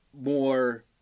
more